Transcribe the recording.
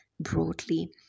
broadly